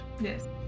Yes